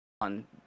On